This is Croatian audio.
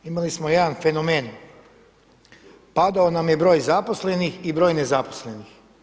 Imali smo jedan fenomen – padao nam je broj zaposlenih i broj nezaposlenih.